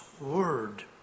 word